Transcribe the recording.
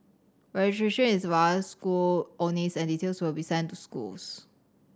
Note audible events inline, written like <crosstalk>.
<unintelligible> is via school only <unintelligible> and details will be sent to schools